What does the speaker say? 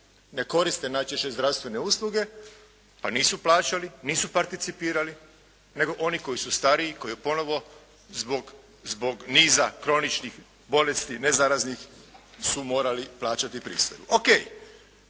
ne koriste najčešće zdravstvene usluge pa nisu plaćali, nisu participirali nego oni koji su stariji koji ponovo zbog niza kroničnih bolesti ne znam raznih, su morali plaćati pristojbu.